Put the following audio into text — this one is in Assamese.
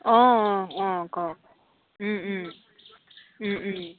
অঁ অঁ অঁ কওক